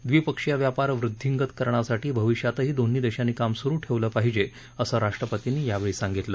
द्विपक्षीय व्यापार वृदधींगत करण्यासाठी भविष्यातही दोन्ही देशांनी काम सुरु ठेवलं पाहिजे असं राष्ट्रपतींनी सांगितलं